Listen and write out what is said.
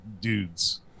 dudes